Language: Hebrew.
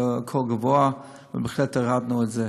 כה גבוה, ובהחלט הורדנו את זה.